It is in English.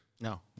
No